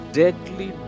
deadly